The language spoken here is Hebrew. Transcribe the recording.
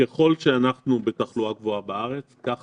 ככל שאנחנו בתחלואה גבוהה בארץ כך